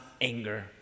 anger